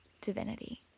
divinity